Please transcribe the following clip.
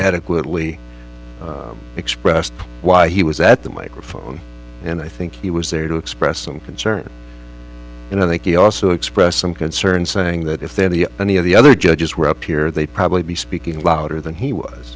adequately expressed why he was at the microphone and i think he was there to express some concern and i think he also expressed some concern saying that if they had the any of the other judges were up here they'd probably be speaking louder than he was